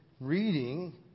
reading